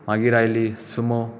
मागीर आयली सुमो